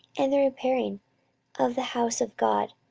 and the repairing of the house of god,